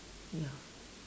ya